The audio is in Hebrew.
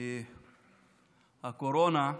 הקורונה,